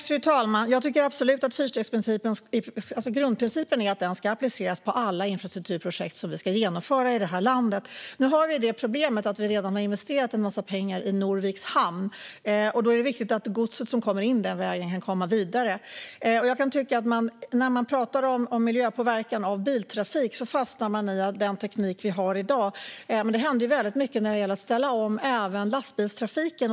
Fru talman! Grundprincipen är att fyrstegsprincipen ska appliceras på alla infrastrukturprojekt som ska genomföras i det här landet. Nu är problemet att vi redan har investerat en massa pengar i Norviks hamn. Då är det viktigt att godset som kommer in den vägen kan komma vidare. När man pratar om miljöpåverkan av biltrafik kan jag tycka att man fastnar i den teknik som vi har i dag. Men det händer mycket även när det gäller att ställa om lastbilstrafiken.